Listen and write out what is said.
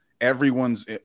everyone's